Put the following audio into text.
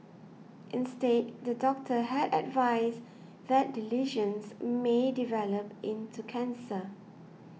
instead the doctor had advised that the lesions may develop into cancer